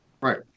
Right